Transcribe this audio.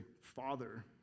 Father